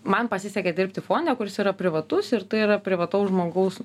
man pasisekė dirbti fonde kuris yra privatus ir tai yra privataus žmogaus